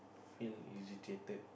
feel agitated